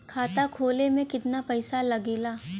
खाता खोले में कितना पईसा लगेला?